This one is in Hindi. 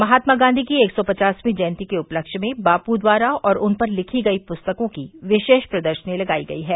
महात्मा गांधी की एक सौ पचासवीं जयंती के उपलक्ष्य में बापू द्वारा और उन पर लिखी गई प्रस्तकों की विशेष प्रदर्शनी लगाई गयी है